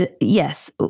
yes